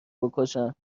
بکشن